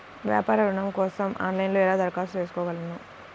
వ్యాపార ఋణం కోసం ఆన్లైన్లో ఎలా దరఖాస్తు చేసుకోగలను?